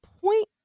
point